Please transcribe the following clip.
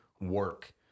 work